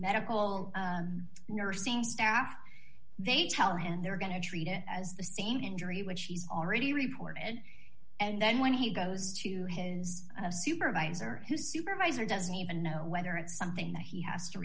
medical nursing staff they tell him they're going to treat it as the same injury which he's already reported and then when he goes to his supervisor his supervisor doesn't even know whether it's something that he has to